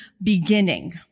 beginning